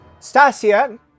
stasia